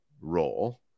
role